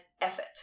effort